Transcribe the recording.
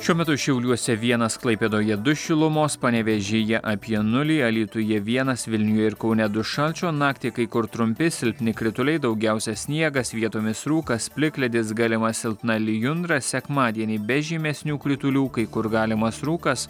šiuo metu šiauliuose vienas klaipėdoje du šilumos panevėžyje apie nulį alytuje vienas vilniuje ir kaune du šalčio naktį kai kur trumpi silpni krituliai daugiausia sniegas vietomis rūkas plikledis galima silpna lijundra sekmadienį be žymesnių kritulių kai kur galimas rūkas